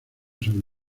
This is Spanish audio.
sobre